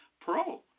pro